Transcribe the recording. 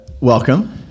welcome